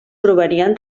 provenien